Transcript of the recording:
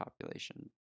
population